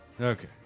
Okay